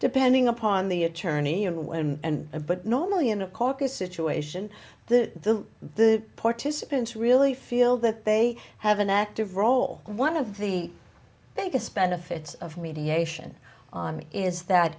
depending upon the attorney and the and but normally in a caucus situation the the the participants really feel that they have an active role one of the biggest benefits of mediation is that